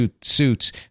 suits